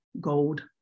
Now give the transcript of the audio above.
gold